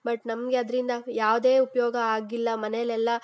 but ನಮಗೆ ಅದರಿಂದ ಯಾವುದೇ ಉಪಯೋಗ ಆಗಿಲ್ಲ ಮನೆಲಿ ಎಲ್ಲ